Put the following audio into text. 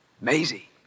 Maisie